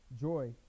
joy